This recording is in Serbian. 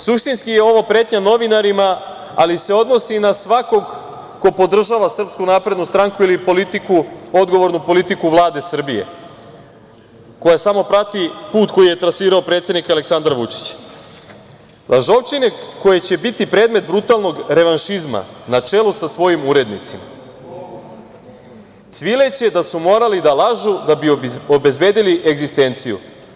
Suštinski je ovo pretnja novinarima, ali se odnosi na svakog ko podržava SNS ili odgovornu politiku Vlade Srbije, koja samo prati put koji je trasirao predsednik Aleksandar Vučić: "Lažovčine koje će biti predmet brutalnog revanšizma, na čelu sa svojim urednicima, cvileće da su morali da lažu da bi obezbedili egzistenciju.